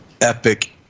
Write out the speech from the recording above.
epic